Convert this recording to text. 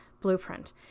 blueprint